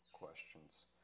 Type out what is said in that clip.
questions